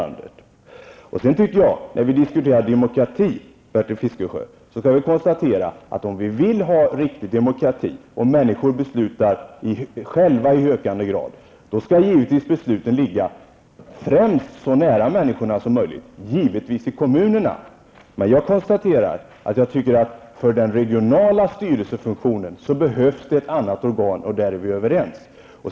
När vi diskuterar demokrati, Bertil Fiskesjö, kan vi konstatera att om vi vill ha riktig demokrati och vill att människor beslutar själva i ökande grad, då skall givetvis besluten främst ligga så nära människorna som möjligt -- givetvis i kommunerna. Men jag tycker att det för den regionala styrelsefunktionen behövs ett annat organ, och därvidlag är vi överens.